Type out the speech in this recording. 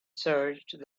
searched